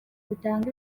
butanga